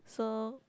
so